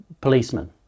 policemen